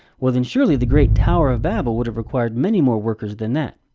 well then surely, the great tower of babel would have required many more workers than that.